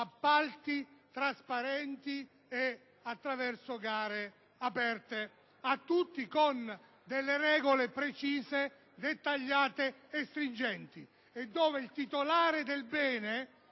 appalti trasparenti e gare aperte a tutti con regole precise, dettagliate e stringenti e dove il titolare del bene,